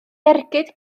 ergyd